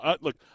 Look